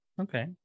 Okay